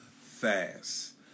fast